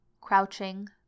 crouching